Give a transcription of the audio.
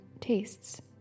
tastes